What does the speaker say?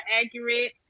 accurate